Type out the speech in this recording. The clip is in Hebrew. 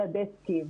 של הדסקים,